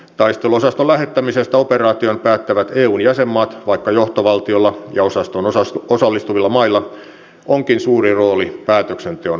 taisteluosaston lähettämisestä operaatioon päättävät eun jäsenmaat vaikka johtovaltiolla ja osastoon osallistuvilla mailla onkin suuri rooli päätöksenteon valmistelussa